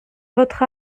votre